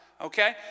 okay